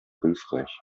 hilfreich